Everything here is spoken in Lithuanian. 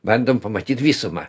bandom pamatyt visumą